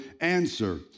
answer